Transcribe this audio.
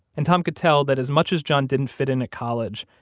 and tom could tell that as much as john didn't fit in at college,